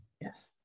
Yes